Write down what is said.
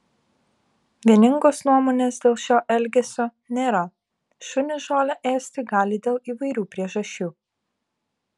vieningos nuomonės dėl šio elgesio nėra šunys žolę ėsti gali dėl įvairių priežasčių